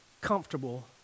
comfortable